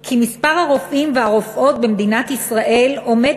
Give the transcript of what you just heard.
כי מספר הרופאים והרופאות במדינת ישראל עומד